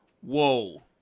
whoa